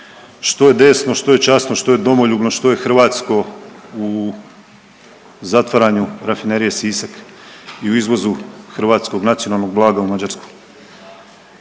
što je desno, što je časno, što je domoljubno, što je hrvatsko u zatvaranju Rafinerije Sisak i u izvozu hrvatskog nacionalnog blaga u Mađarsku?